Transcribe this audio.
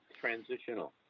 transitional